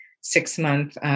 six-month